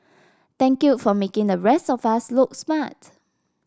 thank you for making the rest of us look smart